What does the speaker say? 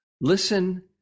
Listen